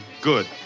Good